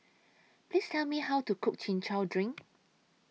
Please Tell Me How to Cook Chin Chow Drink